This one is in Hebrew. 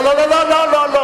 לא, לא.